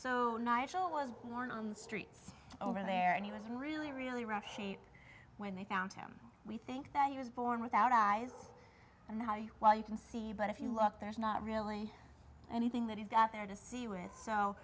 nigel was born on the streets over there and he was really really rough shape when they found him we think that he was born without eyes and how you well you can see but if you look there's not really anything that he's got there to see it so